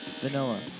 vanilla